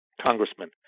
Congressman